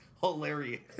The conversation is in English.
hilarious